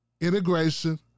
integration